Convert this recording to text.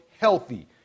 healthy